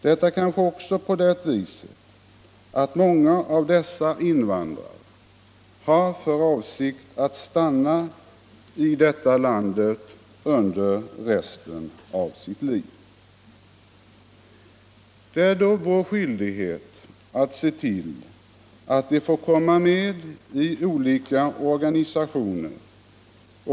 Det är kanske också på det viset att många av dessa invandrare har för avsikt att stanna här i landet under resten av sitt liv. Det är då vår skyldighet att se till att de får komma med i olika organisationer.